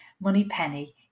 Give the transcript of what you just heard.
Moneypenny